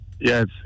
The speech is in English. Yes